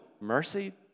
mercy